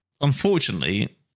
unfortunately